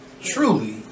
truly